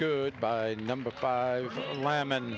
good by number five in lamb and